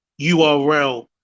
URL